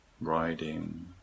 riding